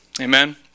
Amen